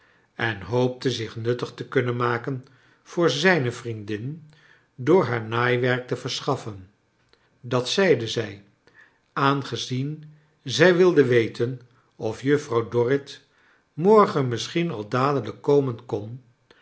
en hoopte zich nuttig te kunnen maken voor z ij n e vriendin door haar naaiwerk te verschaffen dat zeide zij aangezien zij wilde weten of juffrouw dorrit morgen misschien al dadelijk komen kon